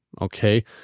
okay